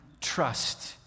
trust